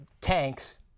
tanks